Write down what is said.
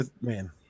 man